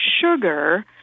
sugar